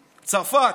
צרפת,